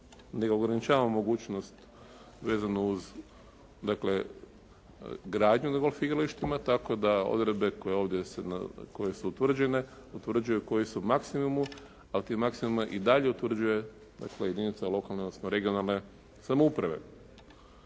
nego ograničavamo mogućnost vezanu uz dakle gradnju na golf igralištima tako da odredbe ovdje koje su utvrđene, utvrđuju koji su maksimumu, a ti maksimume i dalje utvrđuje dakle jedinica odnosno regionalne samouprave.